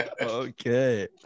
okay